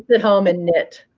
at home and knit.